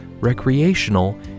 recreational